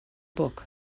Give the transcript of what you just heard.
book